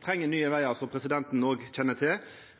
treng nye vegar, som presidenten òg kjenner til.